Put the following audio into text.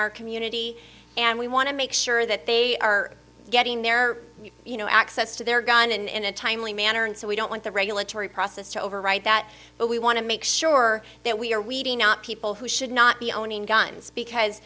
our community and we want to make sure that they are getting their you know access to their gun and in a timely manner and so we don't want the regulatory process to override that but we want to make sure that we are weeding out people who should not be owning guns because